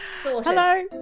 Hello